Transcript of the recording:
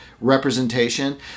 representation